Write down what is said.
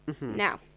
now